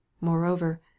Moreover